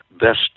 Best